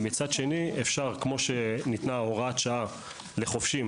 מצד שני אפשר כפי שניתנה הוראת שעה לחובשים